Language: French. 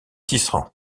tisserand